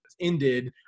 ended